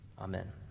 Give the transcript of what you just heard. Amen